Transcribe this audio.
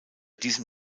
diesem